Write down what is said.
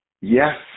Yes